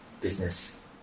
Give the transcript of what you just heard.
business